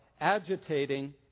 agitating